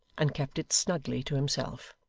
and kept it snugly to himself.